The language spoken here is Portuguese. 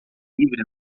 livre